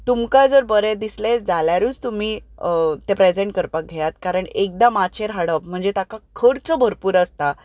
तुमकां जर बरें दिसलें जाल्यारूच तुमी तें प्रेजेंट करपाक घेयात कारण एकदां माचेर हाडप म्हणचे ताका खर्च भरपूर आसता